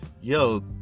yo